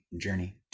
journey